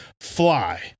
fly